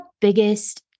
biggest